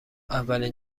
اولین